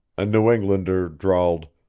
a new englander drawled